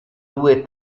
due